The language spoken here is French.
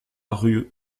rue